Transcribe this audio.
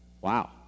Wow